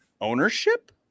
ownership